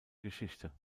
geschichte